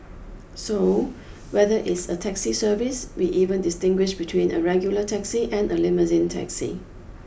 so whether it's a taxi service we even distinguish between a regular taxi and a limousine taxi